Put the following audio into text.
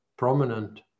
prominent